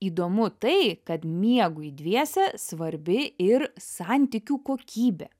įdomu tai kad miegui dviese svarbi ir santykių kokybė